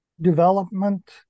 development